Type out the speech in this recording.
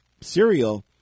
cereal